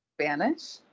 Spanish